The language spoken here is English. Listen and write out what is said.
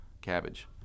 cabbage